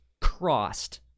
crossed